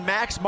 Max